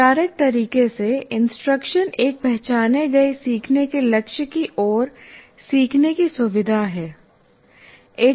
औपचारिक तरीके से इंस्ट्रक्शन एक पहचाने गए सीखने के लक्ष्य की ओर सीखने की सुविधा है